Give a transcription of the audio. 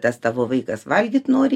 tas tavo vaikas valgyt nori